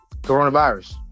coronavirus